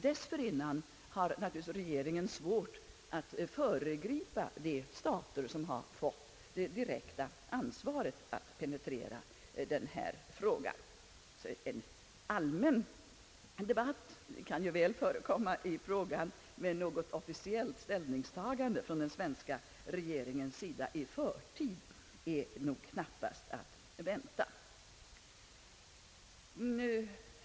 Dessförinnan har naturligtvis regeringen svårt att föregripa ställningstaganden bland de stater som har fått det direkta ansvaret att penetrera den här frågan. En allmän debatt kan ju närsomhelst förekomma i frågan, men något officiellt ställningstagande från den svenska regeringens sida i förtid är knappast att vänta.